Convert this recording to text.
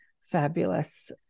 fabulous